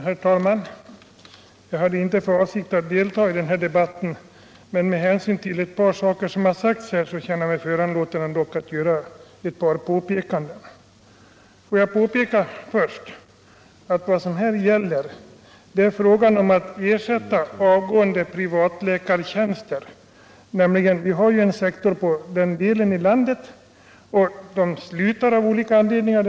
Herr talman! Jag hade inte för avsikt att delta i den här debatten, men några saker som sagts här gör att jag känner mig föranlåten att göra ett par påpekanden. Får jag först påpeka att vad det här gäller är frågan om att ersätta avgående privatläkare. Vi har i landet ett antal privatläkare. En del av dessa slutar varje år av olika anledningar.